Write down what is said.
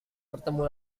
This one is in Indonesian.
bertemu